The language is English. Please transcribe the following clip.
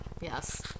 yes